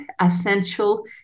essential